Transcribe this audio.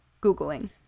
Googling